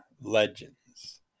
Legends